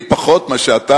אני, פחות משאתה,